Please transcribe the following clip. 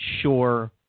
sure